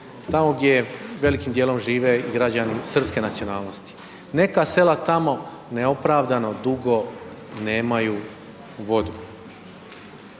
tamo gdje velikim dijelom žive i građani srpske nacionalnosti. Neka sela tamo neopravdano dugo nemaju vodu.